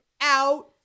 out